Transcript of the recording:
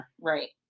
Right